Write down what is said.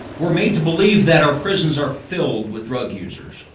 we're made to believe that our prisons are filled with drug users,